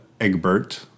Egbert